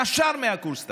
נשר מקורס טיס.